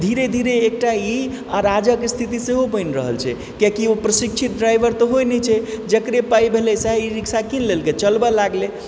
धीरे धीरे एकटा ई अराजक स्थिति सेहो बनि रहल छै किएकि ओ प्रशिक्षित ड्राइवर तऽ होइत नहि छै जकरे पाइ भेलै सएह ई रिक्शा किन लेलकै चलबै लागलै